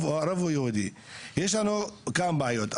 יש לנו כמה בעיות.